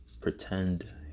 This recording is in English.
pretend